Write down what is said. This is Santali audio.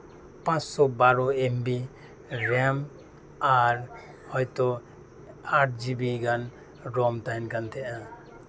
ᱯᱟᱸᱥᱥᱳ ᱵᱟᱨᱳ ᱮᱢ ᱵᱤ ᱨᱮᱢ ᱟᱨ ᱦᱳᱭᱛᱳ ᱟᱴ ᱡᱤ ᱵᱤ ᱜᱟᱱ ᱨᱳᱢ ᱛᱟᱦᱮᱱ ᱠᱟᱱ ᱛᱟᱦᱮᱫᱼᱟ